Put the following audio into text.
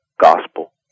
gospel